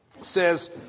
says